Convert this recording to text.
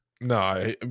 No